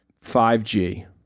5G